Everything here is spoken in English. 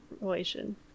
relation